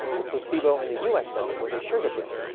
the placebo in the us study was a sugar pill,